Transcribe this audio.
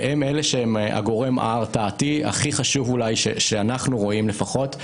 והם הגורם ההרתעתי הכי חשוב אולי שאנחנו רואים לפחות,